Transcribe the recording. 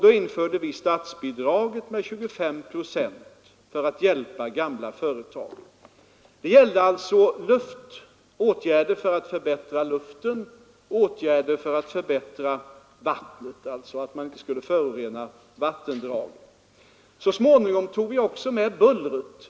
Då införde vi statsbidraget med 25 procent för att hjälpa sådana företag. Det gällde alltså åtgärder för att förbättra luften och åtgärder för att förhindra vattenföroreningar. Så småningom tog vi också med bullret.